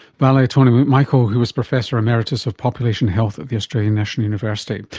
vale ah tony mcmichael, who was professor emeritus of population health at the australian national university.